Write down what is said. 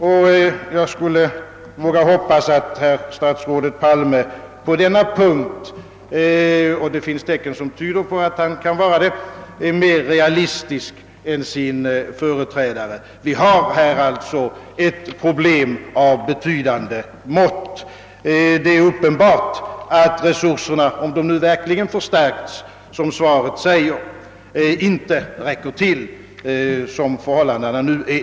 Kanske vågar jag hoppas att statsrådet Palme på denna punkt — och det finns tecken som tyder på att han kan vara det är mera realistisk än sin företrädare. Vi har här alltså ett problem av betydande mått, och det är uppenbart att resurserna för att ta itu med det, även om de nu förstärkts, som statsrådet säger, inte räcker till, sådana förhållandena nu är.